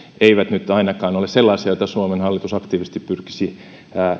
eivät nyt ainakaan ole sellaisia joita suomen hallitus aktiivisesti pyrkisi